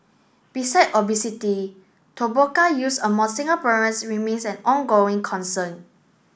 beside obesity use among Singaporeans remains an ongoing concern